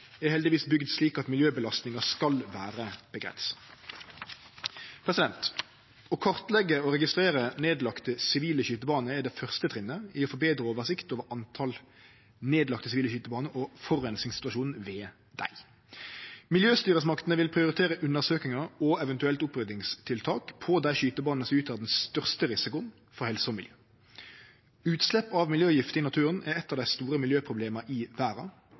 er heldigvis bygde slik at miljøbelastninga skal vere avgrensa. Å kartleggje og registrere nedlagde sivile skytebaner er det første trinnet i å få betre oversikt over talet på nedlagde sivile skytebaner og forureiningssituasjonen ved dei. Miljøstyresmaktene vil prioritere undersøkingar og eventuelle oppryddingstiltak på dei skytebanene som utgjer den største risikoen for helse og miljø. Utslepp av miljøgifter i naturen er eit av dei store problema i verda,